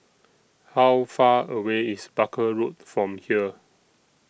How Far away IS Barker Road from here